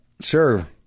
Sure